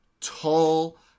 tall